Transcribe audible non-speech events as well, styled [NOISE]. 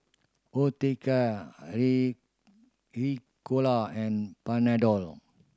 Osteocare [UNINTELLIGIBLE] Ricola and Panadol